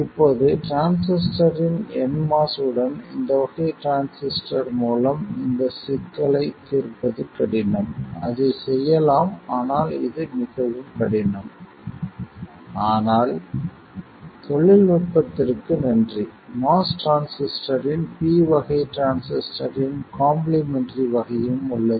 இப்போது டிரான்சிஸ்டரின் nMOS உடன் இந்த வகை டிரான்சிஸ்டர் மூலம் இந்த சிக்கலைத் தீர்ப்பது கடினம் அதைச் செய்யலாம் ஆனால் இது மிகவும் கடினம் ஆனால் தொழில்நுட்பத்திற்கு நன்றி MOS டிரான்சிஸ்டரின் p வகை டிரான்சிஸ்டரின் காம்ப்ளிமெண்ட்ரி வகையும் உள்ளது